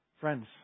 Friends